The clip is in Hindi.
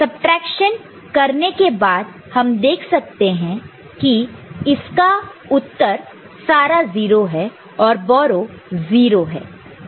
सबट्रैक्शन करने के बाद हम देख सकते हैं कि इसका उत्तर सारा 0 है और बोरो 0 है